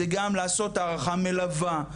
זה גם לעשות הערכה מלווה,